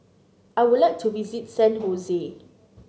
I would like to visit San Hose